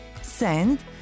send